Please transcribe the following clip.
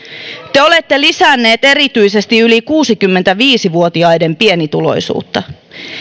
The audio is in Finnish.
te olette lisänneet erityisesti yli kuusikymmentäviisi vuotiaiden pienituloisuutta